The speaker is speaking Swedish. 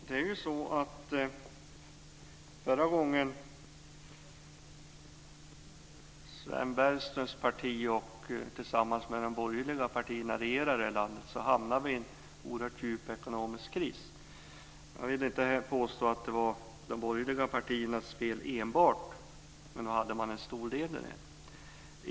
Fru talman! Förra gången Sven Bergströms parti tillsammans med de borgerliga partierna regerade i det här landet hamnade vi i en oerhört djup ekonomisk kris. Jag vill inte här påstå att det enbart var de borgerliga partiernas fel, men nog hade de en stor del i det.